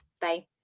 bye